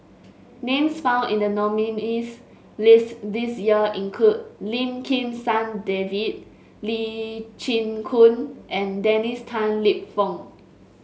names found in the nominees' list this year include Lim Kim San David Lee Chin Koon and Dennis Tan Lip Fong